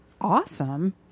awesome